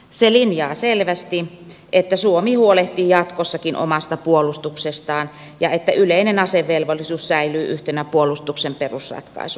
se linjaa selvästi että suomi huolehtii jatkossakin omasta puolustuksestaan ja että yleinen asevelvollisuus säilyy yhtenä puolustuksen perusratkaisuista